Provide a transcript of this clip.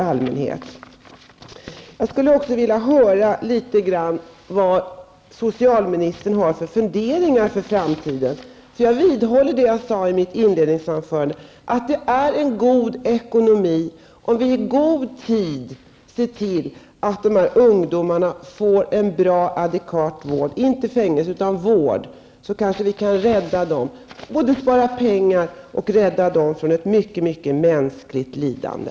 Det skulle vara intressant att höra något om vilka funderingar socialministern har för framtiden. Jag vidhåller vad jag sade i mitt inledningsanförande, nämligen att det är god ekonomi om vi i god tid ser till att de här ungdomarna får en adekvat vård -- inte fängelse utan vård. Då kan vi både spara pengar och rädda ungdomarna från mycket mänskligt lidande.